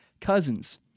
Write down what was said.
Cousins